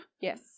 Yes